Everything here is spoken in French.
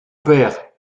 père